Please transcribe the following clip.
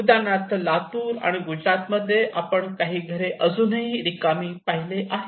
उदाहरणार्थ लातूर आणि गुजरातमध्ये आपण काही घरे अजूनही रिकामी पाहिली आहेत